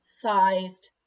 sized